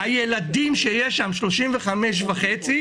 שיורידו את המרווח ויהיה בסדר.